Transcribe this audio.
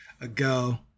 ago